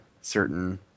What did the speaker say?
certain